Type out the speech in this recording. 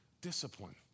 discipline